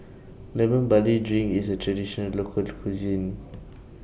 Lemon Barley Drink IS A Traditional Local Cuisine